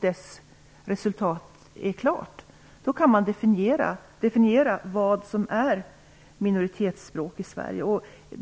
kommitténs resultat kan vi definiera vad som är minoritetsspråk i Sverige.